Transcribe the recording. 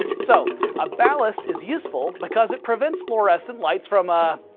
so a ballast is useful because it prevents fluorescent lights from, ah,